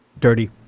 Dirty